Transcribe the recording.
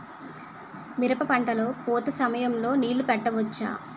మిరప పంట లొ పూత సమయం లొ నీళ్ళు పెట్టవచ్చా?